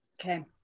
okay